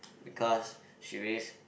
because she raised